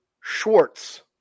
Schwartz